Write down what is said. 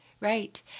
right